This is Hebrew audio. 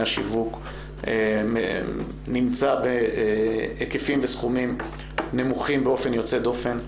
השיווק נמצא בהיקפים ובסכומים נמוכים באופן יוצא דופן.